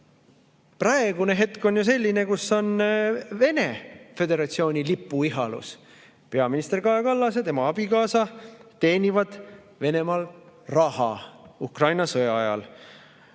Praegune hetk on ju selline, kus on Vene föderatsiooni lipu ihalus. Peaminister Kaja Kallas ja tema abikaasa teenivad Venemaal raha Ukraina sõja ajal.